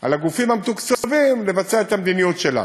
על הגופים המתוקצבים לבצע את המדיניות שלה.